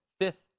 fifth